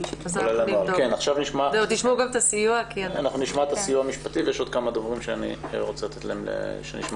עכשיו נשמע את הסיוע המשפטי ודוברים נוספים.